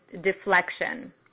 deflection